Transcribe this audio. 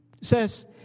says